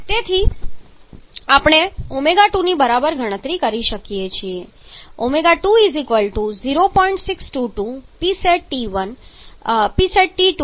તેથી આપણે ω2 ની બરાબર ગણતરી કરી શકીએ છીએ 20